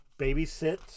babysit